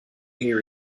hear